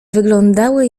wyglądały